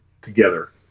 together